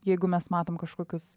jeigu mes matom kažkokius